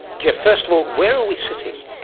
geoff, first of all, where are we sitting?